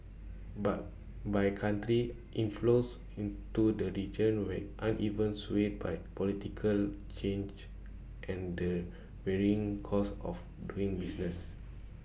but by country inflows into the region way uneven swayed by political change and the varying costs of doing business